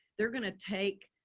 they're going to take,